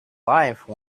life